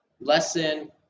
lesson